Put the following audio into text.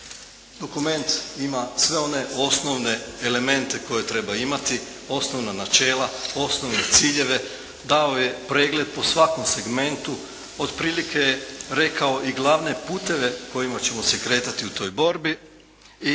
Dokument ima sve one osnovne elemente koje treba imati, osnovna načela, osnovne ciljeve dao je pregled u svakom segmentu, otprilike rekao i glavne puteve kojima ćemo se kretati u toj borbi i